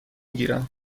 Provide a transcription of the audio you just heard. گیرم